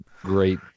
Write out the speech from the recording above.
great